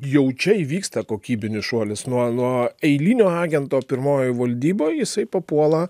jau čia įvyksta kokybinis šuolis nuo nuo eilinio agento pirmojoj valdyboj jisai papuola